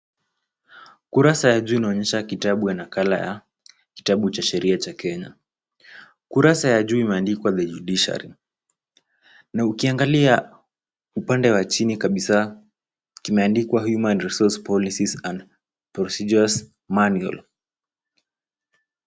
Kurasa ya juu inaonyesha kitabu ya nakala ya kitabu cha sheria cha Kenya. Kurasa ya juu imeandikwa [ cs]the judiciary na ukiangalia upande wa chini kabisa, kimeandikwa human resource policies and procedures manual .